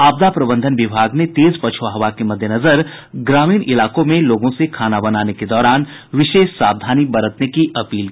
आपदा प्रबंधन विभाग ने तेज पछुआ हवा के मद्देनजर ग्रामीण इलाको में लोगों से खाना बनाने के दौरान सावधानी बरतने की अपील की है